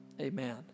Amen